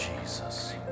Jesus